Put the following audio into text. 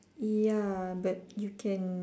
ya but you can